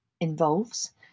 involves